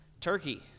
turkey